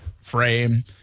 frame